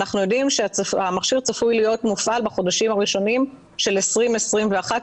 אנחנו יודעים שהמכשיר צפוי להיות מופעל בחודשים הראשונים של 2021,